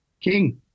King